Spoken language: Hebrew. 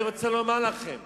אני רוצה לומר לכם